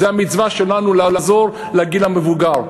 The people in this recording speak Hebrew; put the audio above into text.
זו המצווה שלנו לעזור לגיל המבוגר,